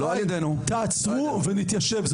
זאת, תעצרו ונתיישב לדבר.